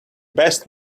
best